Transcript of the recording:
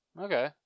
Okay